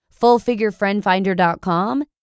FullFigureFriendFinder.com